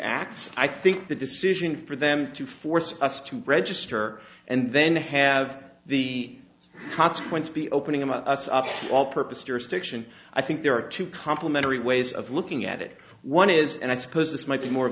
acts i think the decision for them to force us to register and then have the consequence be opening them up all purpose jurisdiction i think there are two complimentary ways of looking at it one is and i suppose this might be more of